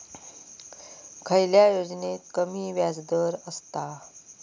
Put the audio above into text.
खयल्या योजनेत कमी व्याजदर असता?